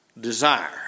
Desire